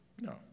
No